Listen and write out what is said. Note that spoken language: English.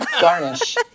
Garnish